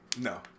No